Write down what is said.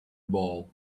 ball